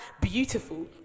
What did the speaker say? beautiful